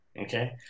Okay